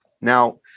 Now